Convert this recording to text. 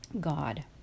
God